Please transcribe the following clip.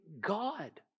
God